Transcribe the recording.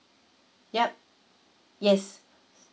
yup yes